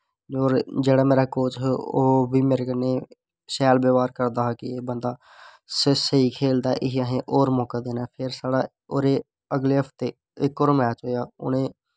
और जेह्ड़ा मेरा कोच हा ओह् बी मेरे कन्नै शैल व्यावहार करदा हा कि एह् बंदा स्हेई खेलदा ऐ इसी असें होर मौका देना ऐ फिर साढ़ा ओह्दे अगले हफ्ते इक होर मैच होआ उनें